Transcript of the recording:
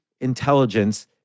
intelligence